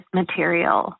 material